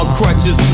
crutches